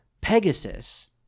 Pegasus